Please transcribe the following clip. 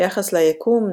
ביחס ליקום,